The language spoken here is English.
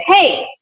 hey